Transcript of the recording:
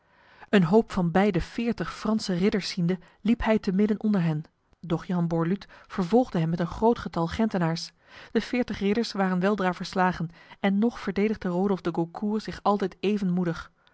een hoop van bij de veertig franse ridders ziende liep hij te midden onder hen doch jan borluut vervolgde hem met een groot getal gentenaars de veertig ridders waren weldra verslagen en nog verdedigde rodolf de gaucourt zich altijd even moedig